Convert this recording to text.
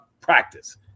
practice